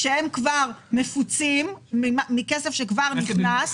כשהם כבר מפוצים מכסף שכבר נכנס קודם.